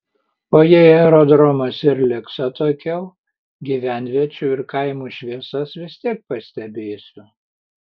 o jei aerodromas ir liks atokiau gyvenviečių ir kaimų šviesas vis tiek pastebėsiu